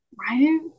Right